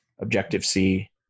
Objective-C